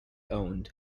owned